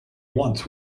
wants